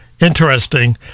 interesting